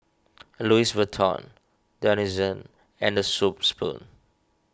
Louis Vuitton Denizen and the Soup Spoon